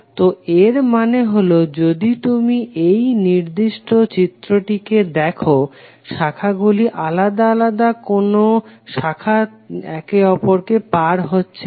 তো এর মানে হলো যদি তুমি এই নির্দিষ্ট চিত্রটিকে দেখো শাখাগুলি আলাদা আলাদা কোনো শাখা একে অপরকে পার হচ্ছে না